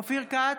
אופיר כץ,